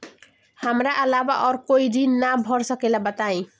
हमरा अलावा और कोई ऋण ना भर सकेला बताई?